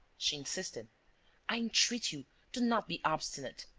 she insisted i entreat you do not be obstinate.